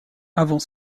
avant